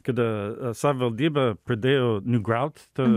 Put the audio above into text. kada savivaldybė pradėjo nugriaut tą